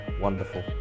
wonderful